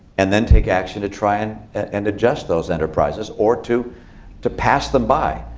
and then take action to try and and adjust those enterprises, or to to pass them by,